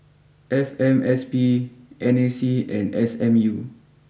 F M S P N A C and S M U